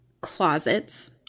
closets